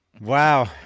wow